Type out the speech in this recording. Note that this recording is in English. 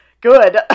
Good